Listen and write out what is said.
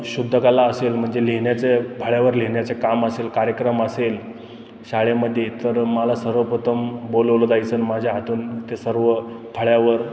शुद्धकला असेल म्हणजे लिहिण्याच्या फळ्यावर लिहिण्याचं काम असेल कार्यक्रम असेल शाळेमध्ये तर मला सर्वप्रथम बोलावलं जायचं आणि माझ्या हातून ते सर्व फळ्यावर